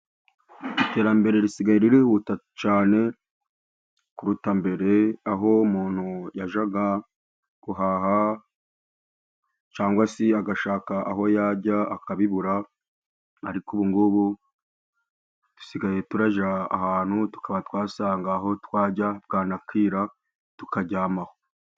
Iterambere risigaye ririhuta cyane kuruta mbere, aho umuntu yajyaga guhaha cyangwa se agashaka aho yajya akabibura, ariko ubungubu dusigaye turajya ahantu tukaba twasanga aho twajya bwanakwira tukaryama aho.